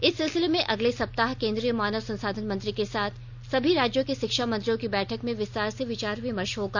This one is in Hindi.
इस सिलसिले में अगले सप्ताह केंद्रीय मानव संसाधन मंत्री के साथ सभी राज्यों के षिक्षा मंत्रियों की बैठक में विस्तार से विचार विमर्ष होगा